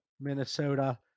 Minnesota